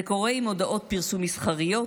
זה קורה עם הודעות פרסום מסחריות,